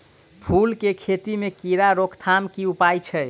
फूल केँ खेती मे कीड़ा रोकथाम केँ की उपाय छै?